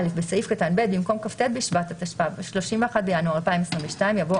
(א) בסעיף קטן (ב) במקום כ"ט בשבט התשפ"ב (31 בינואר 2022) יבוא